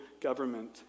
government